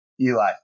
Eli